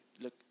look